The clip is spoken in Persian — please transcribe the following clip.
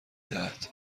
دهد